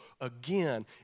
again